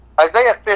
Isaiah